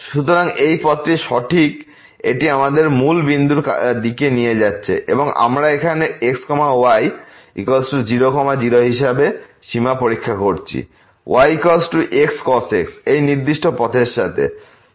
সুতরাং এই পথটি সঠিক এটি আমাদের মূল বিন্দুর দিকে নিয়ে যাচ্ছে এবং আমরা এখানে x y 00 হিসাবে সীমা পরীক্ষা করছি yxcos x এই নির্দিষ্ট পথের সাথে